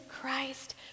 Christ